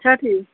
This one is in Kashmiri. چھا ٹھیٖک